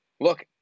look